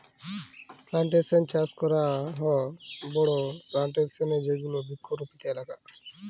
plantation চাস করাক হ বড়ো প্লানটেশন এ যেগুলা বৃক্ষরোপিত এলাকা